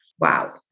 Wow